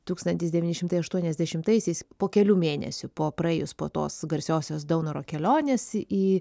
tūkstantis devyni šimtai aštuoniasdešimtaisiais po kelių mėnesių po praėjus po tos garsiosios daunoro kelionės į